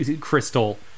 crystal